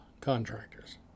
contractors